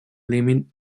limit